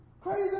Crazy